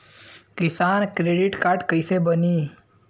किसान credit card कइसे बानी?